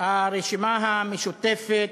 משפט לסיום.